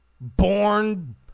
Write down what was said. born